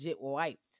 wiped